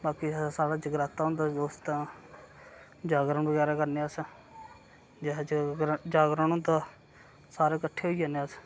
बाकी ते साढ़ा जगराता होंदा दोस्तां दा जागरन बगैरा करने अस जिस रोज जागरन होंदा सारे कट्ठे होई जन्ने अस